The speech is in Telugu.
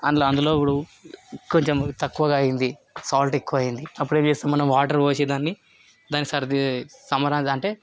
అందులో అందులో ఇప్పుడు కొంచం తక్కువగా అయింది సాల్ట్ ఎక్కువైంది అప్పుడు ఏం చేస్తాం మనం వాటర్ పోసి దాన్ని దాన్ని సరిది సమరది అంటే